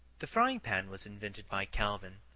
the frying-pan was invented by calvin,